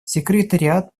секретариат